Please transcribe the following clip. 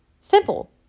Simple